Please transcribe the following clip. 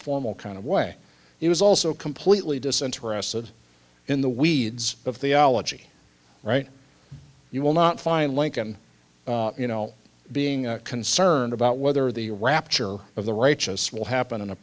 formal kind of way he was also completely disinterested in the weeds of the ology right you will not find lincoln you know being concerned about whether the rapture of the righteous will happen in a